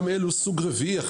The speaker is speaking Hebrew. זה סוג רביעי של תשלומים,